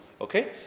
okay